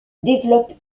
développe